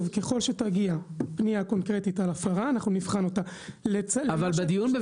אנחנו ממשיכים את דיוני